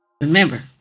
remember